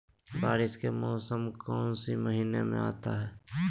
बारिस के मौसम कौन सी महीने में आता है?